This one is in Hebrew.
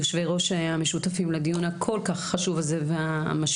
היושבי-ראש המשותפים על הדיון הכול כך חשוב הזה והמשמעותי.